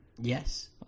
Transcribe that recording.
Yes